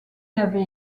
avait